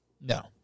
No